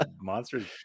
monsters